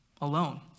alone